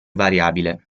variabile